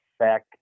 back